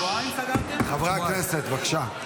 חברי הכנסת, בבקשה.